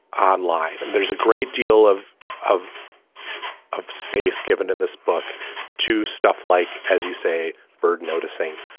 online, and there's a great deal of of of space given in this book to stuff like, as you say, bird noticing,